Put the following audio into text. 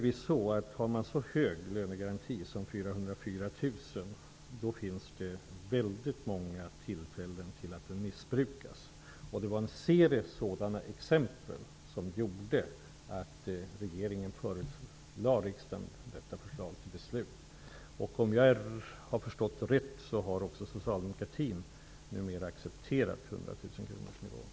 Vid en så hög lönegaranti som 404 000 kr finns det många tillfällen till att den missbrukas. Det var en serie sådana exempel som gjorde att regeringen förelade riksdagen detta förslag till beslut. Om jag har förstått rätt har också socialdemokratin numera accepterat nivån 100 000